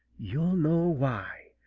you'll know why.